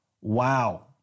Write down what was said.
wow